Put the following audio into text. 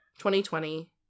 2020